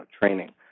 training